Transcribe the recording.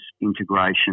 integration